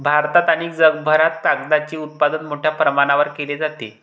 भारतात आणि जगभरात कागदाचे उत्पादन मोठ्या प्रमाणावर केले जाते